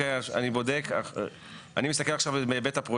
אני מסתכל עכשיו בהיבט של הפרויקט,